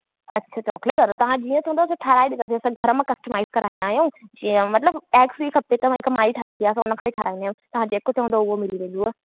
अच्छा चॉक्लेट वारो तव्हां जीअं चवंदव से ठाहे ॾींदासीं त घर मां कस्टमाइज़ कराईंदा आहियूं जीअं मतलबु एग फ़्री खपे त हिकु माई ठाहींदी आहे त उन खां ई ठाराहींदासीं तव्हां जेको चवंदव उहो मिली वेंदव